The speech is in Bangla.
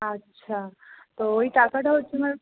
আচ্ছা তো ওই টাকাটা হচ্ছে আমার